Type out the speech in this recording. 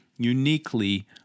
uniquely